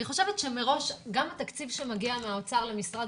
אני חושבת שגם התקציב שמגיע מהאוצר למשרד